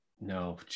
No